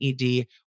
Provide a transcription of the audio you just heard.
ED